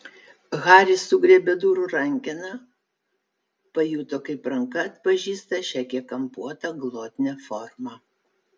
haris sugriebė durų rankeną pajuto kaip ranka atpažįsta šią kiek kampuotą glotnią formą